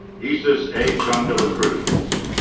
isis a. chondelacruz.